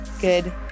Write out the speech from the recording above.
good